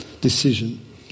decision